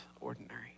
ordinary